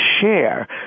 share